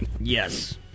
Yes